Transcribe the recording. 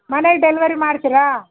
ಮನೆಗೆ ಡೆಲ್ವರಿ ಮಾಡ್ತೀರಾ